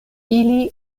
ili